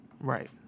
Right